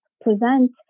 present